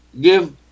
give